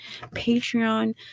patreon